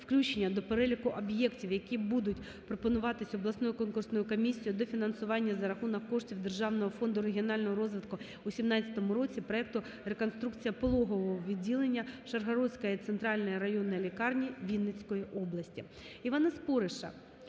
включення до переліку об'єктів, які будуть пропонуватись обласною конкурсною комісією до фінансування за рахунок коштів Державного фонду регіонального розвитку у 2017 році, проекту "Реконструкція пологового відділення Шаргородської центральної районної лікарні" Вінницької області. Івана Спориша